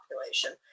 population